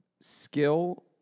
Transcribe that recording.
skill